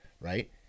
right